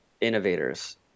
innovators